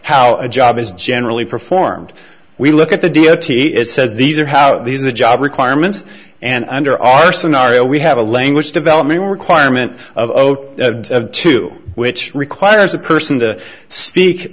how a job is generally performed we look at the d o t is said these are how these the job requirements and under our scenario we have a language developmental requirement of oath to which requires a person to speak